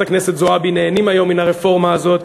הכנסת זועבי נהנים היום מן הרפורמה הזאת,